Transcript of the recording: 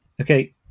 okay